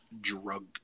drug